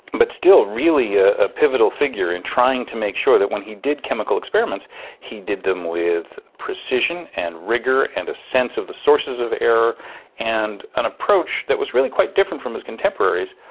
but still really a pivotal figure in trying to make sure that when he did chemical experiments he did them with precision and rigour and a sense of the sources of error and an approach that was really quite different from his contemporaries,